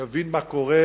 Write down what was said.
יבין מה קורה,